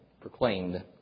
proclaimed